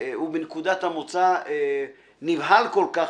והוא, בנקודת המוצא נבהל כל כך